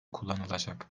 kullanılacak